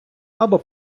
або